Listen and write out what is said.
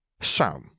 So